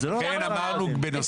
לכן אמרנו בנוסף.